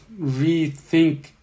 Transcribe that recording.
rethink